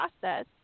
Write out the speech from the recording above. process